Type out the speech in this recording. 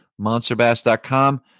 monsterbass.com